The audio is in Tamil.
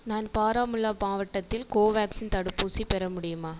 நான் பாராமுல்லா மாவட்டத்தில் கோவேக்சின் தடுப்பூசி பெற முடியுமா